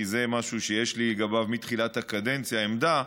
כי זה משהו שיש לי לגביו מתחילת הקדנציה עמדה,